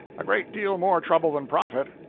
a great deal more trouble than profit.